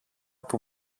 που